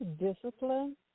discipline